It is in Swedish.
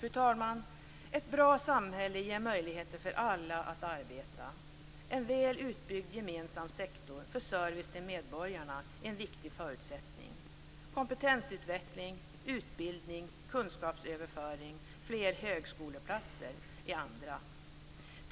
Fru talman! Ett bra samhälle ger möjligheter för alla att arbeta. Kompetensutveckling, utbildning, kunskapsöverföring, fler högskoleplatser är andra viktiga förutsättningar.